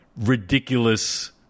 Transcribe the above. ridiculous